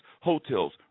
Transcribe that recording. hotels